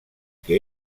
que